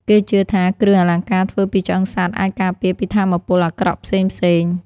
គេជឿថាគ្រឿងអលង្ការធ្វើពីឆ្អឹងសត្វអាចការពារពីថាមពលអាក្រក់ផ្សេងៗ។